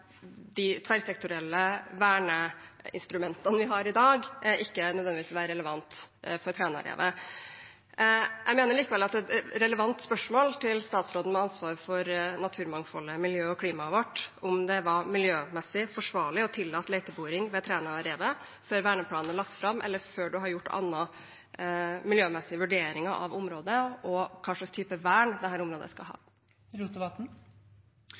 de tverrsektorielle verneinstrumentene vi har i dag, ikke nødvendigvis vil være relevante for Trænarevet. Jeg mener likevel at et relevant spørsmål til statsråden med ansvar for naturmangfoldet og miljøet og klimaet vårt er om det var miljømessig forsvarlig å tillate leteboring ved Trænarevet før verneplanen var lagt fram, eller før det er gjort andre miljømessige vurderinger av området og hva slags type vern dette området skal ha.